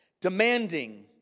demanding